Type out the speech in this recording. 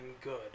good